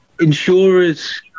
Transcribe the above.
insurers